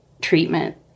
treatment